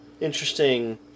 interesting